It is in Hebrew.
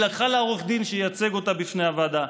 היא לקחה לה עורך דין שייצג אותה בפני הוועדה,